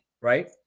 right